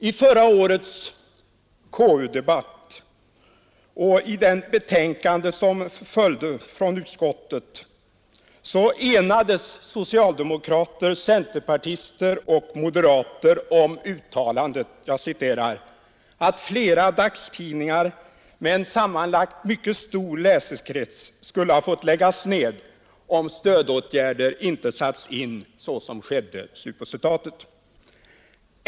I förra årets KU-debatt och i det betänkande som förelåg från utskottet enades socialdemokrater, centerpartister och moderater om uttalandet ”——— flera dagstidningar med sammanlagt mycket stor läsekrets skulle fått läggas ned, om stödåtgärder inte satts in så snabbt som skedde”.